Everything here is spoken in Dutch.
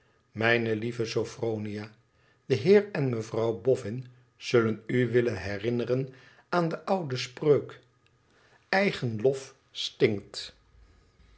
mijne lieve sophronia de heer en mevrouw boffin zullen u willen herinneren aan de oude spreuk eigen lof